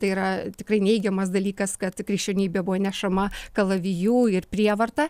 tai yra tikrai neigiamas dalykas kad krikščionybė buvo nešama kalaviju ir prievarta